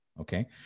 Okay